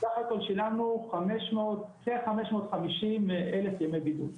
סך הכל שילמנו כ-550,000 ימי בידוד.